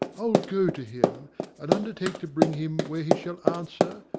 i'll go to him and undertake to bring him where he shall answer,